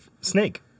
Snake